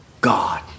God